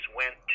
went